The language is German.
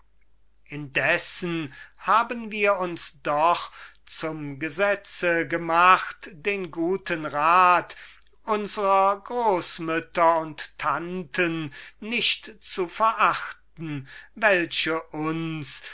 indessen haben wir uns doch zum gesetz gemacht den guten rat unsrer amme nicht zu verachten welche uns